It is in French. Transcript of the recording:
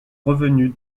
revenu